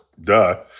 Duh